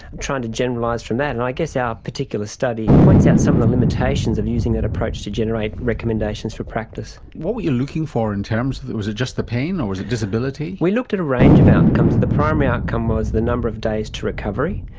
trying to generalise from that. and i guess our particular study points out some of the limitations of using that approach to generate recommendations for practice. what were you looking for in terms of, was it just the pain, or was it disability? we looked at a range of outcomes, and the primary outcome was the number of days to recovery.